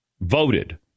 voted